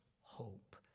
hope